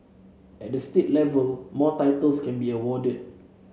at the state level more titles can be awarded